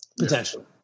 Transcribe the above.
Potentially